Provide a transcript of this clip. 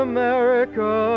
America